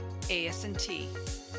ASNT